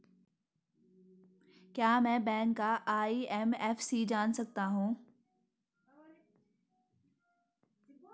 क्या मैं बैंक का आई.एफ.एम.सी जान सकता हूँ?